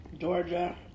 Georgia